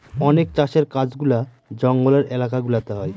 অনেক চাষের কাজগুলা জঙ্গলের এলাকা গুলাতে হয়